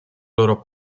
loro